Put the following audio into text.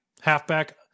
halfback